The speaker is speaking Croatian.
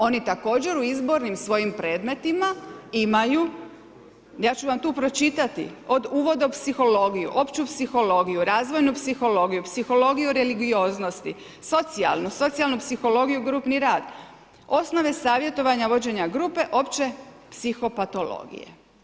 Oni također u izbornim svojim predmetima imaju, ja ću vam tu pročitati, od uvoda u psihologiju, opću psihologiju, razvojnu psihologiju, psihologiju religioznosti, socijalnu psihologiju, grupni rad, osnove savjetovanja, vođenja grupe opće psihopatologije.